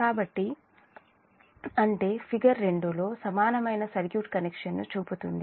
కాబట్టి అంటే ఫిగర్ 2 సమానమైన సర్క్యూట్ కనెక్షన్ను చూపుతుంది